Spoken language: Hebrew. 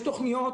יש תוכניות,